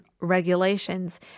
regulations